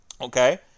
Okay